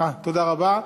תודה רבה.